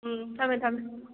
ꯎꯝ ꯊꯝꯃꯦ ꯊꯝꯃꯦ